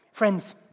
Friends